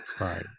Right